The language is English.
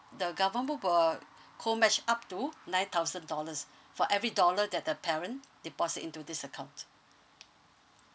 the government will co match up to nine thousand dollars for every dollar that the parent deposit into this account